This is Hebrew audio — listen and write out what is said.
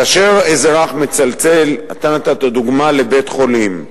כאשר אזרח מצלצל, אתה נתת דוגמה של בית-חולים.